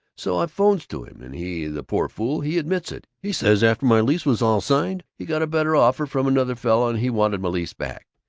so i phones to him and he, the poor fool, he admits it! he says after my lease was all signed he got a better offer from another fellow and he wanted my lease back.